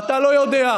אתה יודע למה